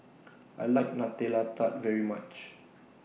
I like Nutella Tart very much